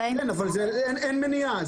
כן, אבל אין מניעה.